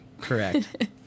Correct